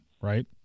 Right